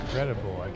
Incredible